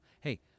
hey